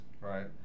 Right